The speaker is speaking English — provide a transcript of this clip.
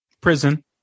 Prison